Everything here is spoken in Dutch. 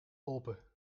alpen